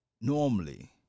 normally